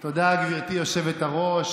תודה, גברתי היושבת-ראש.